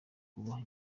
kubaha